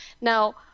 now